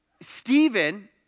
Stephen